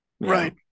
Right